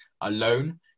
alone